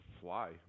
fly